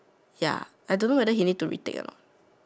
ya I don't know whether he need to retake or not